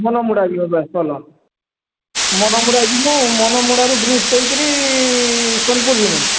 ମନମୁଡ଼ା ଯିମୁ ବାସ ଚାଲ ମନମୁଡ଼ା ଯିମୁ ମନମୁଡ଼ାରୁ ବ୍ରିଜ ଦେଇକରି ସୋନପୁର ଯିମୁ